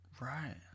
right